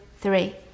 three